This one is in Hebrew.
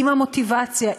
עם המוטיבציה,